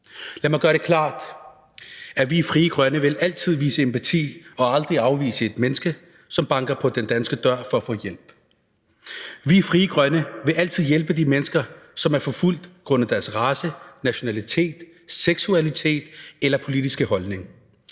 Lad mig gøre det klart, at vi i Frie Grønne altid vil vise empati for og aldrig afvise et menneske, som banker på Danmarks dør for at få hjælp. Vi i Frie Grønne vil altid hjælpe de mennesker, som er forfulgt på grund af deres race, nationalitet, seksualitet eller politiske holdning.